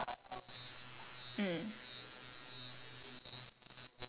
is it wednesday ya cause tuesday we got the what then we eat after P_R lor